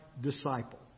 disciple